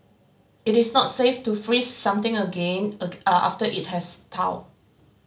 it is not safe to freeze something again after it has thawed